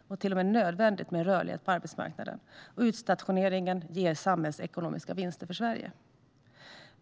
- till och med nödvändigt - för Sverige med rörlighet på arbetsmarknaden, och utstationeringen ger samhällsekonomiska vinster för Sverige.